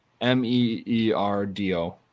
M-E-E-R-D-O